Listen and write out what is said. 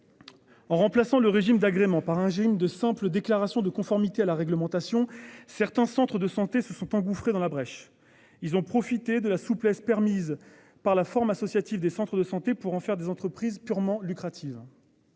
En remplaçant le régime d'agrément par un gym de sample déclaration de conformité à la réglementation. Certains centres de santé se sont engouffrés dans la brèche. Ils ont profité de la souplesse, permise par la forme associative des centres de santé pour en faire des entreprises purement lucratives.